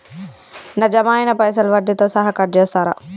నా జమ అయినా పైసల్ వడ్డీతో సహా కట్ చేస్తరా?